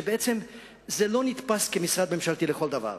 שבעצם הוא לא נתפס כמשרד ממשלתי לכל דבר,